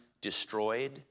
destroyed